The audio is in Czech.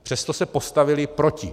Přesto se postavily proti.